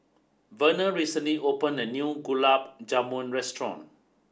Verner recently opened a new Gulab Jamun Restaurant